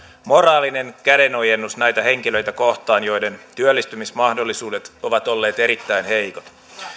moraalinen kädenojennus näitä henkilöitä kohtaan joiden työllistymismahdollisuudet ovat olleet erittäin heikot